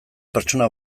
pertsona